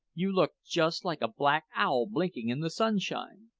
you look just like a black owl blinking in the sunshine!